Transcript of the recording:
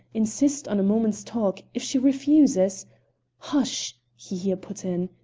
insist on a moment's talk. if she refuses hush! he here put in.